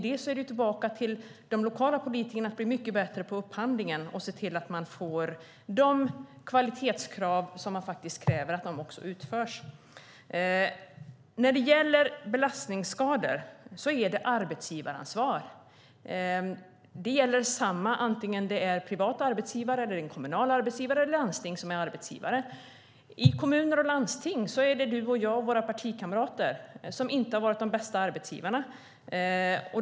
Då är det upp till de lokala politikerna att bli bättre på upphandling och se till att man får de kvalitetskrav man har uppfyllda. När det gäller belastningsskador är det ett arbetsgivaransvar. Det gäller oavsett om arbetsgivaren är kommunal, privat eller ett landsting. I kommuner och landsting är det du och jag och våra partikamrater som inte har varit de bästa arbetsgivarna.